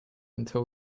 until